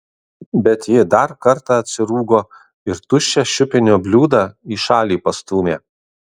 bet ji dar kartą atsirūgo ir tuščią šiupinio bliūdą į šalį pastūmė